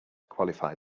quantify